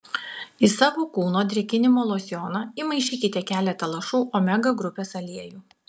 į savo kūno drėkinimo losjoną įmaišykite keletą lašų omega grupės aliejų